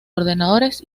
ordenadores